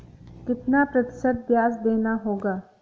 कितना प्रतिशत ब्याज देना होगा?